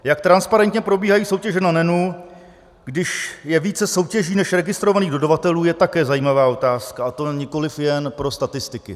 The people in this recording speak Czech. Jak transparentně probíhají soutěže na NEN, když je více soutěží než registrovaných dodavatelů, je také zajímavá otázka, a to nikoliv jen pro statistiky.